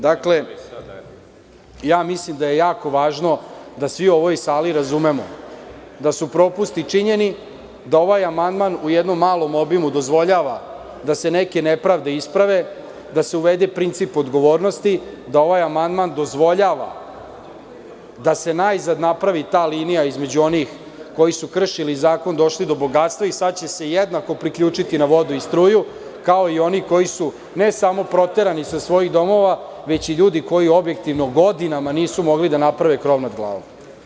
Dakle, mislim da je jako važno da svi u ovoj sali razumemo da su propusti činjeni, da ovaj amandman u jednom malom obimu dozvoljava da se neke nepravde isprave, da se uvede princip odgovornosti, da ovaj amandman dozvoljava da se najzad napravi ta linija između onih koji su kršili zakon i došli do bogatstva i sad će se jednako priključiti na vodu i struju kao i oni koji su ne samo proterani sa svojih domova, već i ljudi koji objektivno godinama nisu mogli da naprave krov nad glavom.